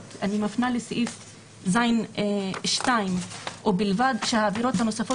ואני מפנה לסעיף ז(2) ובלבד שהעבירות הנוספות